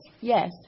Yes